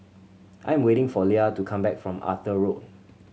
I'm waiting for Lia to come back from Arthur Road